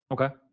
Okay